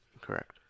Correct